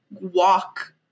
walk